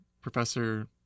professor